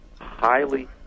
highly